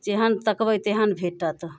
जेहन तकबै तेहन भेटत